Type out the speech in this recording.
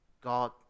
God